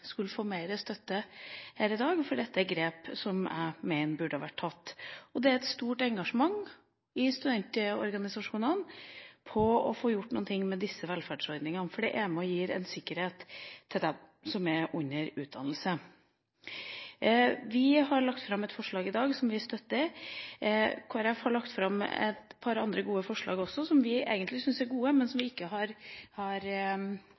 skulle få mer støtte her i dag, for dette er grep som jeg mener burde ha vært tatt. Det er et stort engasjement i studentorganisasjonene for å få gjort noe med disse velferdsordningene, for det er med på å gi en sikkerhet til dem som er under utdannelse. Vi har lagt fram et forslag i dag – som vi selvsagt støtter. Kristelig Folkeparti har lagt fram et par andre gode forslag også, som vi egentlig syns er gode, men som vi ikke har